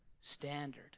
standard